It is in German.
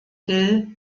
dill